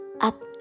up